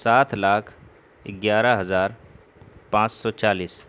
سات لاکھ گیارہ ہزار پانچ سو چالیس